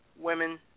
women